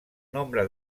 nombre